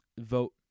Vote